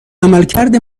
عملکرد